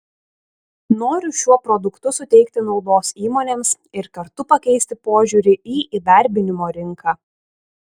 noriu šiuo produktu suteikti naudos įmonėms ir kartu pakeisti požiūrį į įdarbinimo rinką